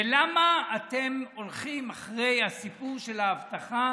ולמה אתם הולכים אחרי הסיפור של האבטחה